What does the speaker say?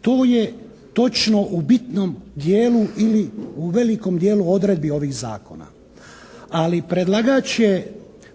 Tu je točno u bitnom dijelu ili u velikom dijelu odredbi ovih zakona. Ali predlagač je